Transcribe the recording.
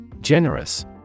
Generous